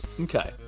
Okay